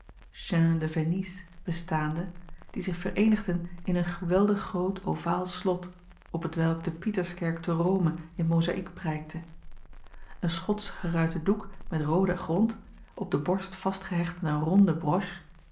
bestaande die zich vereenigden in een geweldig groot ovaal slot op t welk de ieterskerk te ome in mozaïek prijkte en chotsche geruite doek met rooden grond op de borst vastgehecht met een ronde broche